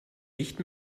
nicht